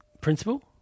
principle